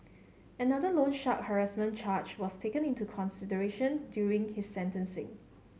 another loan shark harassment charge was taken into consideration during his sentencing